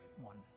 one